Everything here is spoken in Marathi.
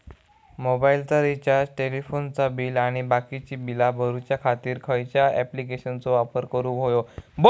मोबाईलाचा रिचार्ज टेलिफोनाचा बिल आणि बाकीची बिला भरूच्या खातीर खयच्या ॲप्लिकेशनाचो वापर करूक होयो?